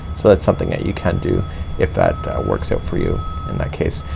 so that's something that you can do if that works out for you in that case.